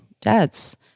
dads